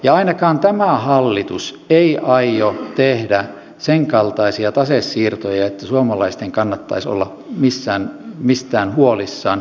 ja ainakaan tämä hallitus ei aio tehdä senkaltaisia tasesiirtoja että suomalaisten kannattaisi olla mistään huolissaan